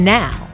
now